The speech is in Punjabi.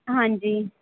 ਹਾਂਜੀ